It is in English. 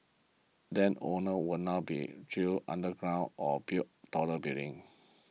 land owners will now be drill underground or build taller buildings